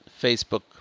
Facebook